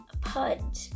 Pud